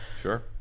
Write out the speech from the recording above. sure